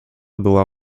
była